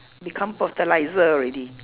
become fertilizer already